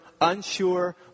unsure